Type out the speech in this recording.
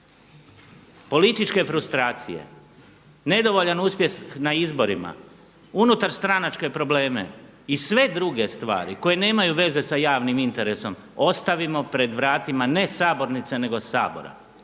Političke frustracije, nedovoljan uspjeh na izborima, unutarstranačke probleme i sve druge stvari koje nemaju veze sa javnim interesom ostavimo pred vratima ne sabornice, nego Sabora.